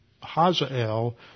Hazael